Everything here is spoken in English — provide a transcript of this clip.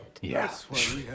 Yes